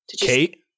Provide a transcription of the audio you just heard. Kate